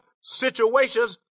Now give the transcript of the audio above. situations